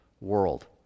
world